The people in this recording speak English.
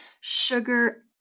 sugar